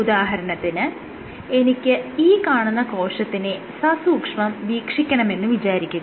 ഉദാഹരണത്തിന് എനിക്ക് ഈ കാണുന്ന കോശത്തിനെ സസൂക്ഷ്മം വീക്ഷിക്കണമെന്ന് വിചാരിക്കുക